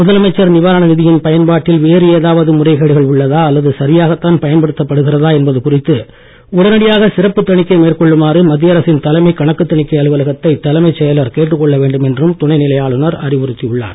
முதலமைச்சர் நிவாரண நிதியின் பயன்பாட்டில் வேறு ஏதாவது முறைகேடுகள் உள்ளதா அல்லது சரியாகத்தான் பயன்படுத்தப்படுகிறதா என்பது குறித்து உடனடியாக சிறப்பு தணிக்கை மேற்கொள்ளுமாறு மத்திய அரசின் தலைமை கணக்கு தணிக்கை அலுவலகத்தை தலைமைச் செயலர் கேட்டுக் கொள்ள வேண்டும் என்றும் துணைநிலை ஆளுநர் அறிவுறுத்தியுள்ளார்